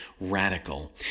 radical